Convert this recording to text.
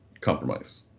compromise